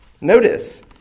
Notice